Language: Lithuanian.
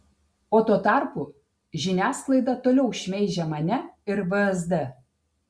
o tuo tarpu žiniasklaida toliau šmeižia mane ir vsd